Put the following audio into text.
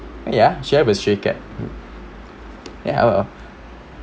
ya share with stray cat ya oh oh